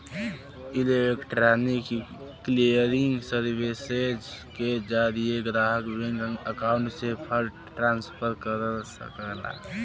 electronic clearing services के जरिये ग्राहक बैंक अकाउंट से फंड ट्रांसफर कर सकला